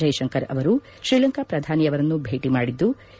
ಜೈಶಂಕರ್ ಅವರು ಶ್ರೀಲಂಕಾ ಪ್ರಧಾನಿ ಅವರನ್ನು ಭೇಟಿ ಮಾಡಿದ್ಲ